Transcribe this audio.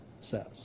says